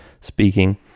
speaking